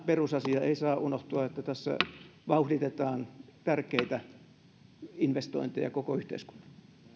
perusasia ei saa unohtua että tässä vauhditetaan tärkeitä investointeja koko yhteiskunnalle